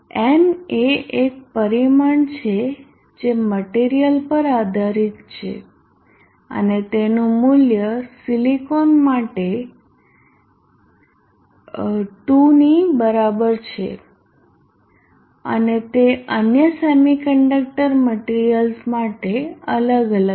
n એ એક પરિમાણ છે જે મટીરીયલ પર આધારીત છે અને તેનું મૂલ્ય સિલિકોન માટે 2 ની બરાબર છે અને તે અન્ય સેમિકન્ડક્ટર મટીરીયલ્સ માટે અલગ અલગ છે